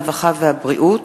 הרווחה והבריאות